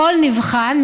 ככל נבחן,